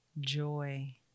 joy